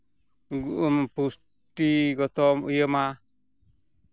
ᱜᱩᱱ ᱯᱩᱥᱴᱤ ᱜᱚᱛᱚ ᱤᱭᱟᱹ ᱢᱟ